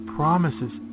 promises